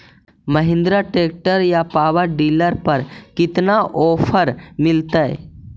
Mahindra tractor या power dealer पर कितना ओफर मीलेतय?